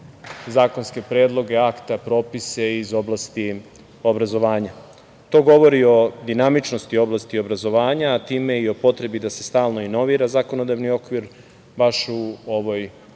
zakonske predloge akata, propise iz oblasti obrazovanja. To govori o dinamičnosti oblasti obrazovanja, a time i o potrebi da se stalno inovira zakonodavni okvir baš u ovoj